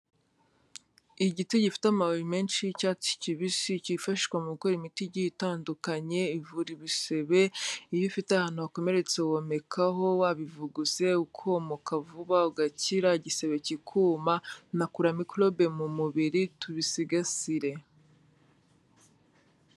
Igiti gifite amababi menshi y'icyatsi kibisi cyifashishwa mu gukora imiti igiye itandukanye ivura ibisebe, iyo ufite ahantu wakomeretse womekaho wabivuguse ukomoka vuba, ugakira igisebe kikuma binakura mikorobe mu mubiri tubisigasire.